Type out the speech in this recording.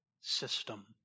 system